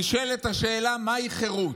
נשאלת השאלה מהי חירות.